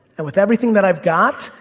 and with everything that i've got,